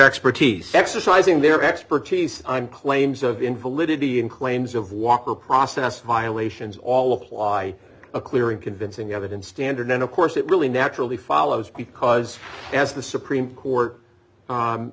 expertise exercising their expertise i'm claims of invalidity in claims of walker process violations all apply a clear and convincing evidence standard then of course it really naturally follows because as the supreme court